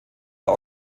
der